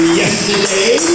yesterday